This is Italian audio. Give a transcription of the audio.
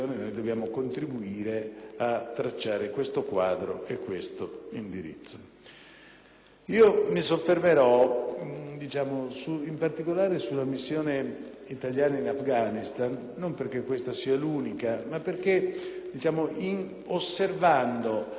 Mi soffermerò, in particolare, sulla missione italiana in Afghanistan non perché sia l'unica ma perché, osservando questa missione e i problemi che ha di fronte,